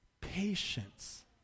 Patience